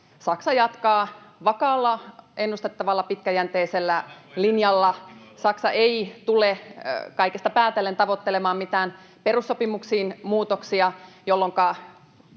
Saksa jatkaa vakaalla, ennustettavalla, pitkäjänteisellä linjalla. Saksa ei tule kaikesta päätellen tavoittelemaan perussopimuksiin mitään muutoksia, jolloinka